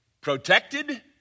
protected